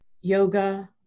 yoga